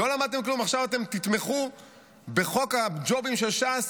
לא למדתם כלום, ועכשיו תתמכו בחוק הג'ובים של ש"ס,